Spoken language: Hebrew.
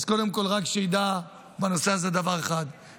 אז קודם כול רק שידע בנושא הזה דבר אחד,